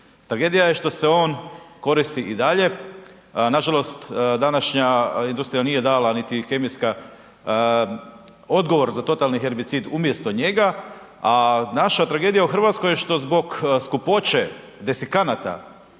Tragedija je što se on koristi i dalje, nažalost današnja industrija nije dala niti kemijska odgovor za totalni herbicid umjesto njega. A naša tragedija u Hrvatskoj što zbog skupoće desekanata